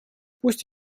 пусть